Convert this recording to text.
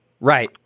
Right